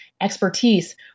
expertise